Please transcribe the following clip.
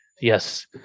Yes